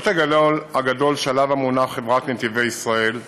בפרויקט הגדול שעליו אמונה חברת "נתיבי ישראל"